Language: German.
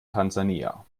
tansania